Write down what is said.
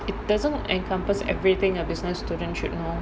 it doesn't encompass everything a business student should know